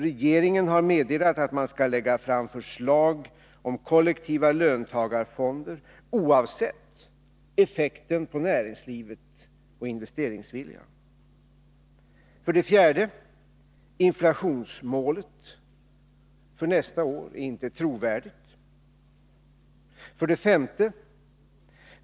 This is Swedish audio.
Regeringen har meddelat att man skall lägga fram förslag till kollektiva löntagarfonder oavsett effekten på näringslivet och investeringsviljan. 4. Inflationsmålet för nästa år är inte trovärdigt. 5.